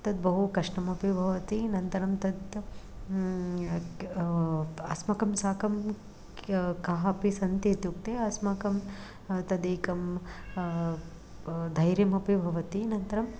तद्बहु कष्टमपि भवति अनन्तरं तत् अस्माकं साकं क्या कः अपि सन्ति इत्युक्ते अस्माकं तदेकं धैर्यमपि भवति अनन्तरम्